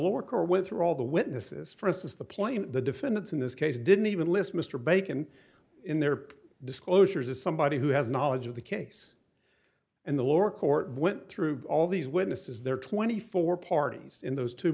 lower court went through all the witnesses for instance the plane the defendants in this case didn't even list mr bacon in their disclosures as somebody who has knowledge of the case and the lower court went through all these witnesses there are twenty four parties in those two